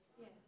Yes